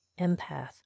empath